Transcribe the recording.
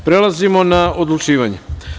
Prelazimo na odlučivanje.